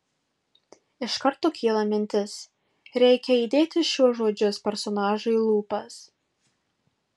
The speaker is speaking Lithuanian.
iš karto kyla mintis reikia įdėti šiuos žodžius personažui į lūpas